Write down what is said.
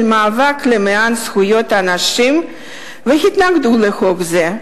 המאבק למען זכויות הנשים והתנגדו לחוק זה.